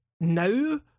Now